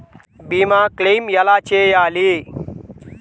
భీమ క్లెయిం ఎలా చేయాలి?